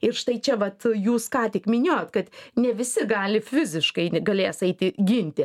ir štai čia vat jūs ką tik minėjot kad ne visi gali fiziškai galės eiti ginti